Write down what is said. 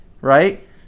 Right